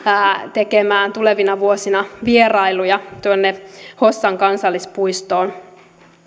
tekemään tulevina vuosina vierailuja hossan kansallispuistoon